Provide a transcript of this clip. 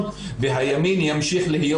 אבל רובו הגדול כן מסכים.